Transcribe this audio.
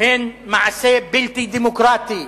הן מעשה בלתי דמוקרטי.